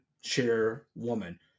chairwoman